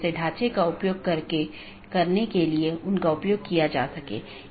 यह BGP का समर्थन करने के लिए कॉन्फ़िगर किया गया एक राउटर है